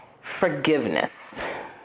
Forgiveness